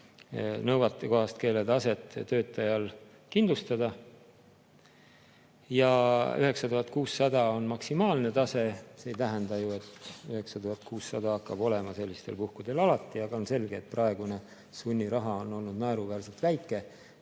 nõuetekohast keeletaset kindlustada. Ja 9600 on maksimaalne [summa]. See ei tähenda ju, et 9600 hakkab olema sellistel puhkudel alati, aga on selge, et praegune sunniraha on olnud naeruväärselt väike,